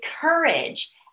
courage